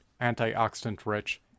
antioxidant-rich